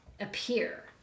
appear